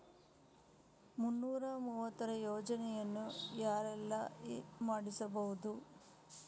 ಮುನ್ನೂರ ಮೂವತ್ತರ ಯೋಜನೆಯನ್ನು ಯಾರೆಲ್ಲ ಮಾಡಿಸಬಹುದು?